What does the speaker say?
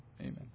Amen